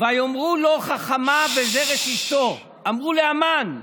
"ויאמרו לו חכמיו וזרש אשתו" אמרו להמן,